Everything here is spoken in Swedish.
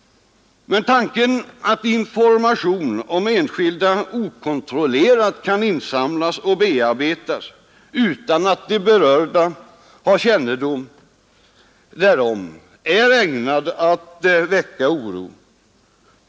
Tanken att information om enskilda okontrollerat kan insamlas och bearbetas utan att de berörda har kännedom därom är ägnad att väcka oro.